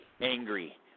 angry